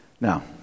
Now